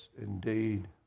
indeed